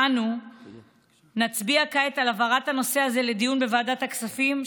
שאנו נצביע כעת על העברת הנושא הזה לדיון בוועדת הכספים,